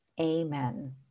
amen